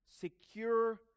secure